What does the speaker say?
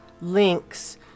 links